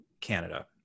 Canada